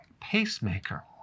pacemaker